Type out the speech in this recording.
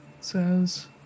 says